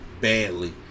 badly